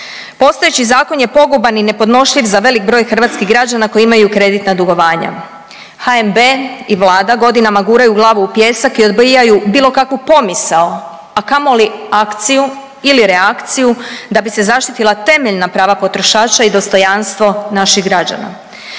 Postojeći zakon je poguban i nepodnošljiv za velik broj hrvatskih građana koji imaju kreditna dugovanja. HNB i Vlada godinama guraju glavu u pijesak i odbijaju bilo kakvu pomisao, a kamoli akciju ili reakciju da bi se zaštitila temeljna prava potrošača i dostojanstvo naših građana.